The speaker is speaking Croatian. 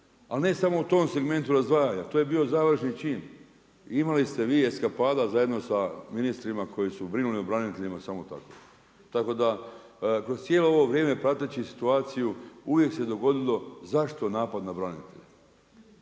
Ali ne samo u tom segmentu razdvajanja, to je bio završni čin. Imali ste vi eskapada zajedno sa ministrima koji su brinuli o braniteljima samo tako. Tako da kroz cijelo ovo vrijeme prateći situaciju uvijek se dogodilo zašto napad na branitelje